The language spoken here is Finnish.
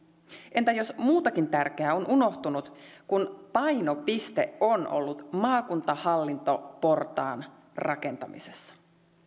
entä jos muutakin tärkeää on unohtunut kun painopiste on ollut maakuntahallintoportaan rakentamisessa